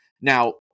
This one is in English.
now